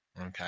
okay